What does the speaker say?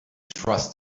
trust